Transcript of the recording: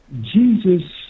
Jesus